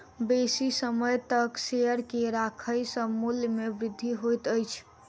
बेसी समय तक शेयर के राखै सॅ मूल्य में वृद्धि होइत अछि